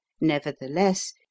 Nevertheless